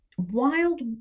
Wild